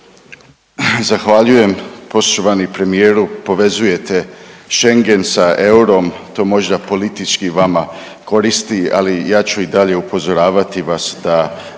Zahvaljujem poštovani premijeru. Povezujete Schengen sa eurom, to možda politički vama koristi, ali ja ću i dalje upozoravati vas da